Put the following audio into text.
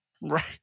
Right